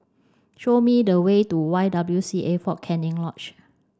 show me the way to Y W C A Fort Canning Lodge